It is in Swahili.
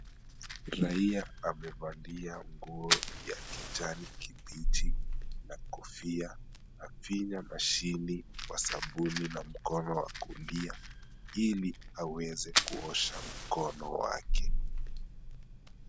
Raia amevalia nguo ya kijani kibichi na kofia. Afinya mashini kwa sabuni na mkono wa kulia ili aweze kuosha mkono wake.